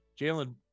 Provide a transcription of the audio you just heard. Jalen